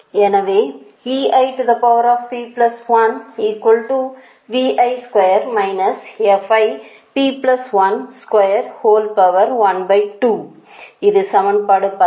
எனவே இது சமன்பாடு 19